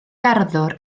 garddwr